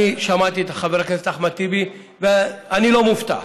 אני שמעתי את חבר הכנסת אחמד טיבי, ואני לא מופתע.